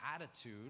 attitude